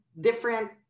different